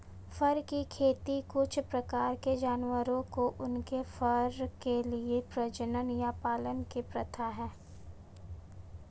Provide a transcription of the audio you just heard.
फर की खेती कुछ प्रकार के जानवरों को उनके फर के लिए प्रजनन या पालने की प्रथा है